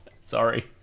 sorry